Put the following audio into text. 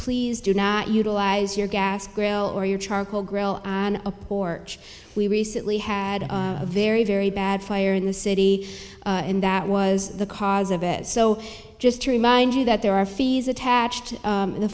please do not utilize your gas grill or your charcoal grill on a porch we recently had a very very bad fire in the city and that was the cause of it so just to remind you that there are fees attached in the